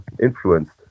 influenced